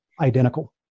identical